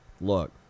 look